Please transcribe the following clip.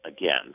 again